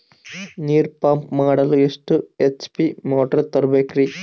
ನೀರು ಪಂಪ್ ಮಾಡಲು ಎಷ್ಟು ಎಚ್.ಪಿ ಮೋಟಾರ್ ತಗೊಬೇಕ್ರಿ?